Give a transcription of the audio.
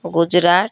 Gujarat